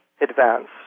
advance